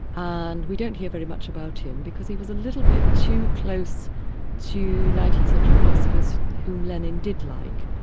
and we don't hear very much about him because he was a little bit too close to nineteenth century philosophers whom lenin did like.